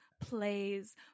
plays